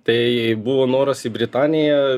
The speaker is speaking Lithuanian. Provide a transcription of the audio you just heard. tai buvo noras į britaniją